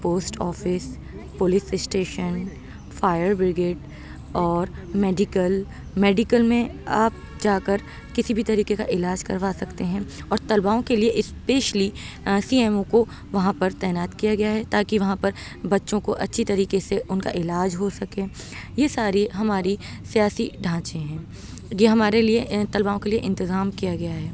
post office police station fire brigade اور medical medical میں آپ جا کر کسی بھی طریقے کا علاج کروا سکتے ہیں اور طلباؤں کے لیے اسپیشلی سی ایم او کو وہاں پر تعینات کیا گیا ہے تاکہ وہاں پر بچوں کو اچھی طریقے سے اُن کا علاج ہو سکیں یہ ساری ہماری سیاسی ڈھانچے ہیں یہ ہمارے لیے طلباؤں کے لیے انتظام کیا گیا ہے